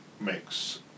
mix